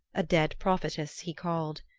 a dead prophetess, he called.